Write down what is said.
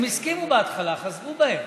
הם הסכימו בהתחלה, חזרו בהם.